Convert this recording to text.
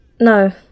no